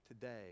today